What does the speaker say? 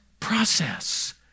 process